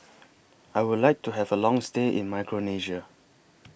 I Would like to Have A Long stay in Micronesia